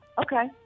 Okay